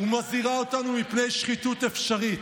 ומזהירה אותנו מפני שחיתות אפשרית.